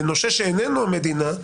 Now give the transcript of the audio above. לנושה שאיננו המדינה,